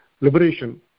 liberation